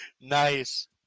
Nice